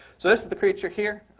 so this is the creature here.